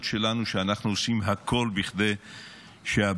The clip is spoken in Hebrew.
שלנו שאנחנו עושים הכול כדי שהבנים,